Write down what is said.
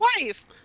wife